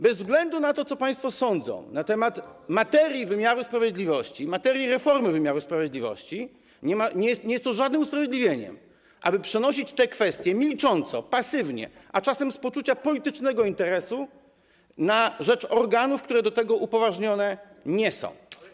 Bez względu na to, co państwo sądzą na temat materii wymiaru sprawiedliwości, materii reformy wymiaru sprawiedliwości, nie jest to żadnym usprawiedliwieniem, aby przenosić te kwestie milcząco, pasywnie, a czasem z poczucia politycznego interesu na rzecz organów, które do tego upoważnione nie są.